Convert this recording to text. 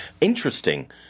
Interesting